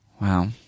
Wow